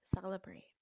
celebrate